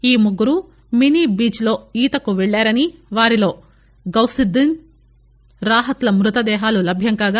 ఈ ముగ్గురు mini beach లో ఈతకు పెళ్లారని వారిలో గౌసుద్దీస్ రాహుత్ ల మ్ఫతదేహాలు లభ్యంకాగా